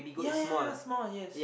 ya ya ya small yes